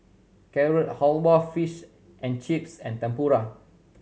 Carrot Halwa Fish and Chips and Tempura